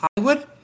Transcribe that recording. Hollywood